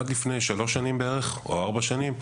עד לפני שלוש או ארבע שנים בערך,